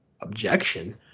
objection